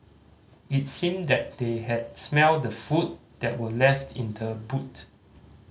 it seemed that they had smelt the food that were left in the boot